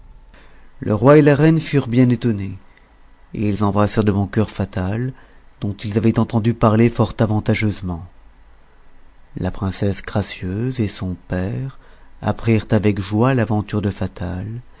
le roi et la reine furent bien étonnés et ils embrassèrent de bon cœur fatal dont ils avaient entendu parler fort avantageusement la princesse gracieuse et son père apprirent avec joie l'aventure de fatal